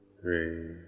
three